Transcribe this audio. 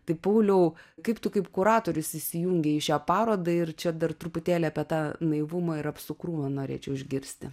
tai pauliau kaip tu kaip kuratorius įsijungė į šią parodą ir čia dar truputėlį apie tą naivumą ir apsukrumą norėčiau išgirsti